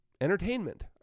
entertainment